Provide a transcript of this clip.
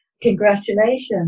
Congratulations